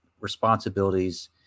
responsibilities